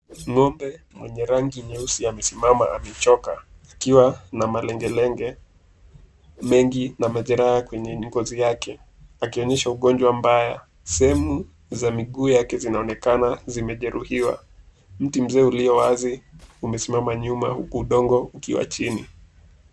Ng'ombe mwenye rangi nyeusi amesimama amechoka akiwa na malengelenge mengi na majeraha kwenye ngozi yake akionyesha ugonjwa mbaya. Sehemu za miguu yake zinaonekana zimejeruhiwa. Mti mzee ulio wazi umesimama nyuma huku udongo ukiwa chini.